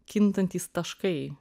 kintantys taškai